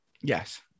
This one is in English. Yes